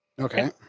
Okay